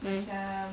mm